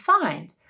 find